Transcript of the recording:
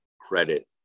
credit